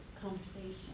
conversation